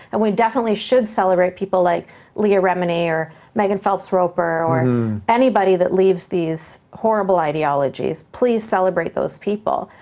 and we definitely should celebrate people like leah remini, or megan phelps-roper, or um anybody that leaves these horrible ideologies, please celebrate those people,